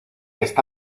esta